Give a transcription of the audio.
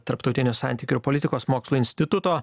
tarptautinių santykių ir politikos mokslų instituto